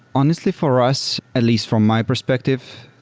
honestly, for us, at least from my perspective,